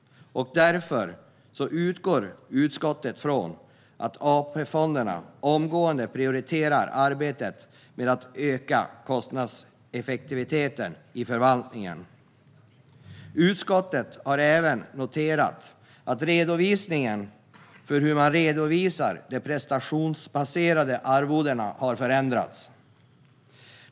Därför utgår utskottet från att AP-fonderna omgående prioriterar arbetet med att öka kostnadseffektiviteten i förvaltningen. Utskottet har även noterat att redovisningen av de prestationsbaserade arvodena har förändrats.